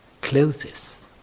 clothes